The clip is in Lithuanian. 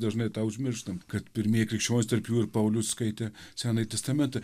dažnai tą užmirštam kad pirmieji krikščionys tarp jų ir paulius skaitė senąjį testamentą